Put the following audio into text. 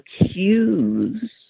accuse